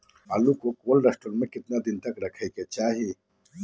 आलू को cold store में कितना दिन तक रखना चाहिए?